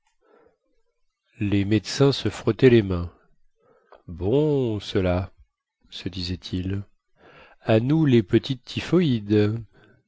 les médecins se frottaient les mains bon cela se disaientils à nous les petites typhoïdes